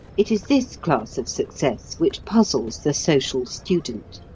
it is this class of success which puzzles the social student.